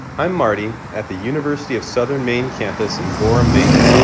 i'm marty at the university of southern maine campus in gorham, maine,